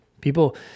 people